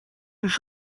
ریش